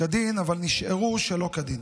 כדין אבל נשארו שלא כדין.